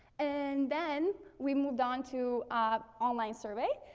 and then, we moved on to a online survey.